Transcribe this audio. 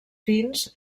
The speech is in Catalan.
fins